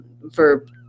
verb